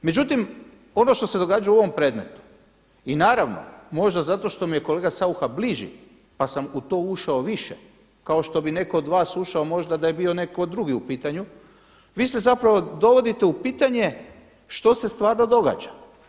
Međutim, ono što se događa u ovom predmetu i naravno možda zato što mi je kolega Saucha bliži pa sam u to ušao više, kao što bi netko od vas ušao možda da je bio netko drugi u pitanju, vi se zapravo dovodite u pitanje što se stvarno događa.